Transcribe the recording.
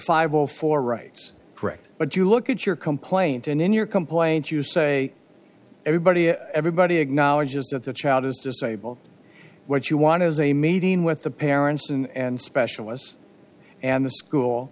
five zero for rights correct but you look at your complaint and in your complaint you say everybody everybody acknowledges that the child is disabled what you want is a meeting with the parents and specialists and the school